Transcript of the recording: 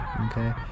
Okay